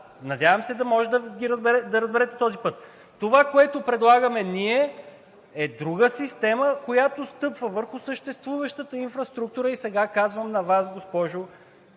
Надявам се да можете да разберете този път. Това, което предлагаме ние, е друга система, която стъпва върху съществуващата инфраструктура. И сега казвам на Вас, госпожо